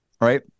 Right